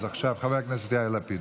אז עכשיו חבר הכנסת יאיר לפיד,